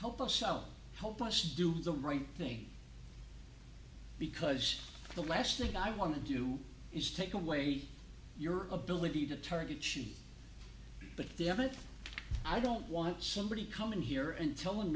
help us out help us do the right thing because the last thing i want to do is take away your ability to target shoot but they haven't i don't want somebody coming here and telling